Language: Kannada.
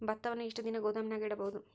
ಭತ್ತವನ್ನು ಎಷ್ಟು ದಿನ ಗೋದಾಮಿನಾಗ ಇಡಬಹುದು?